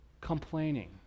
Complaining